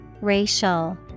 Racial